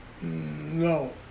No